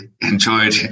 enjoyed